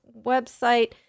website